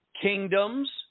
kingdoms